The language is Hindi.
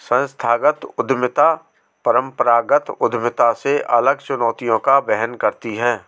संस्थागत उद्यमिता परंपरागत उद्यमिता से अलग चुनौतियों का वहन करती है